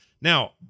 Now